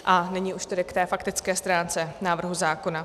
A nyní už tedy k té faktické stránce návrhu zákona.